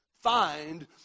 find